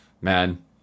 man